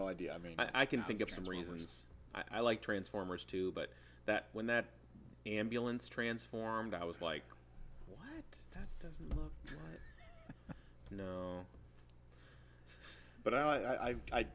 no idea i mean i can think of some reasons i like transformers two but that when that ambulance transformed i was like you know but i i